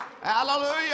Hallelujah